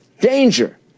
danger